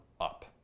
up